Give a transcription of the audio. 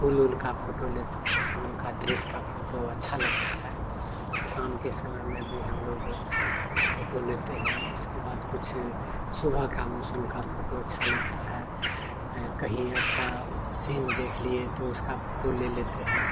फूल उल का फोटो लेते हैं शाम का दृश्य का फोटो अच्छा लगता है शाम के समय में भी हम लोग उ फोटो लेते हैं उसके बाद कुछ सुबह का मौसम का फोटो अच्छा लगता है ये कहीं अच्छा सीन देख लिए तो उसका फोटो ले लेते हैं